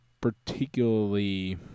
particularly